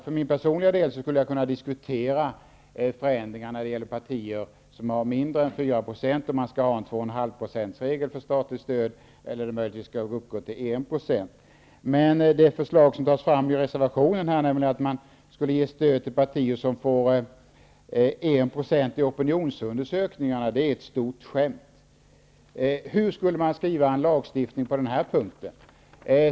För min personliga del skulle jag kunna diskutera förändringar för partier som har mindre än 4 % av väljarna, om man skall ha en regel om 2,5 % för statligt stöd eller om gränsen skall dras vid 1 %. Det förslag som nämns i reservationen, att man skulle ge stöd till partier som får 1 % i opinionsundersökningar, är ett stort skämt. Hur skulle man formulera en lagstiftning på denna punkt?